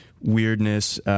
weirdness